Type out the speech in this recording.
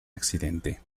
accidente